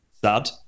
sad